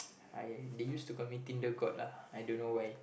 I they used to call me tinder god lah I don't know why